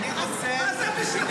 אני רוצה,